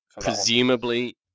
Presumably